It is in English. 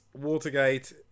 Watergate